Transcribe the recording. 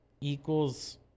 equals